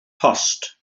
post